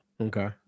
Okay